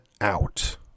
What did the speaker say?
out